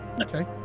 Okay